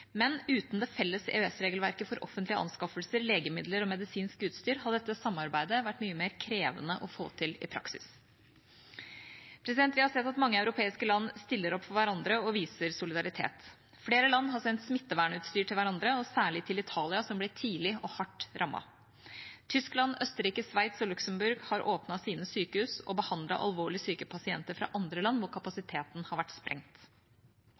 Men uten det felles EØS-regelverket for offentlige anskaffelser, legemidler og medisinsk utstyr hadde dette samarbeidet vært mye mer krevende å få til i praksis. Vi har sett at mange europeiske land stiller opp for hverandre og viser solidaritet. Flere land har sendt smittevernutstyr til hverandre, og særlig til Italia, som ble tidlig og hardt rammet. Tyskland, Østerrike, Sveits og Luxembourg har åpnet sine sykehus og behandlet alvorlig syke pasienter fra andre land, hvor kapasiteten har vært sprengt.